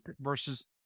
versus